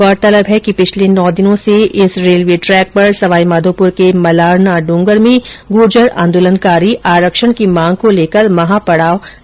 गौरतलब है कि पिछले नौ दिनों से इस रेलवे ट्रैक पर सवाई माधोपुर के मलराना डूंगर में गुर्जर आंदोलनकारी आरक्षण की मांग को लेकर महापडाव डाले हुए थे